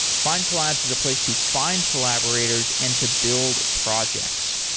findcollabs is a place to find collaborators and to build projects.